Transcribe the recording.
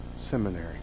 Seminary